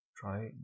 try